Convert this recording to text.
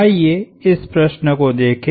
आइए इस प्रश्न को देखें